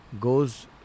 goes